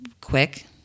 quick